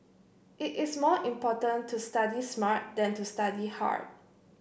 it is more important to study smart than to study hard